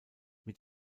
mit